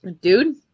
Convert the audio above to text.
dude